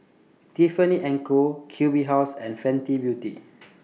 Tiffany and Co Q B House and Fenty Beauty